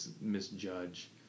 misjudge